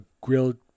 grilled